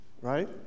right